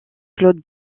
claude